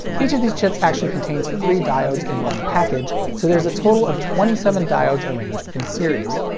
each of these chips actually contains three diodes in one package, so there's a total of twenty seven diodes arranged in series.